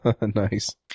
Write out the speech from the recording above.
Nice